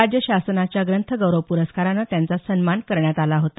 राज्य शासनाच्या ग्रंथ गौरव प्रस्कारान त्यांचा सन्मान करण्यात आला होता